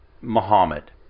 Muhammad